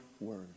word